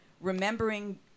remembering